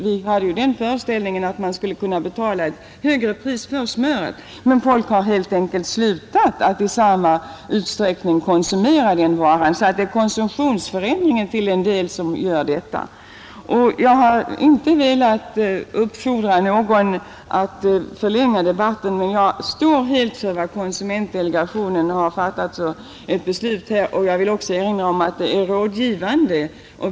Vi hade ju den föreställningen att man skulle kunna betala ett högre pris för smöret, men folk har helt enkelt inte fortsatt att konsumera den varan i samma utsträckning som förut, Konsumtionsförändringen har alltså sin betydelse. Jag har inte velat uppfordra någon till att förlänga debatten, men jag står helt för det beslut som konsumentdelegationen har fattat. Jag vill också erinra om att konsumentdelegationen är rådgivande.